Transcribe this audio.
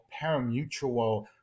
paramutual